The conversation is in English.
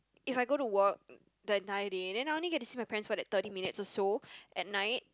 if I go to work the entire day then I only get to see my parents for that thirty minutes or so at night